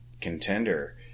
contender